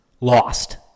Lost